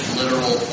literal